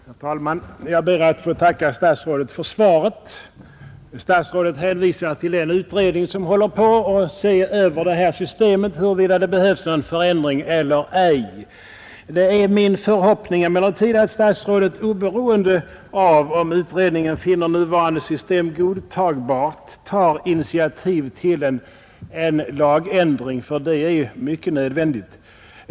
Herr talman! Jag ber att få tacka statsrådet för svaret. Statsrådet hänvisar till den utredning som håller på att se över det här systemet — huruvida det behövs någon ändring eller ej. Det är emellertid min förhoppning att statsrådet oberoende av om utredningen finner nuvarande system godtagbart tar initiativ till en lagändring. En sådan är nämligen synnerligen nödvändig.